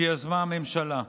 שיזמה הממשלה.